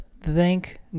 thank